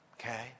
Okay